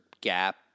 gap